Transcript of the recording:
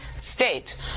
state